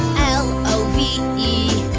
l o v e,